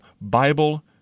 Bible